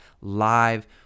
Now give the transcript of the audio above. live